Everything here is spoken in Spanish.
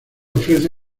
ofrece